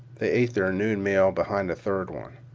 they ate their noon meal behind a third one.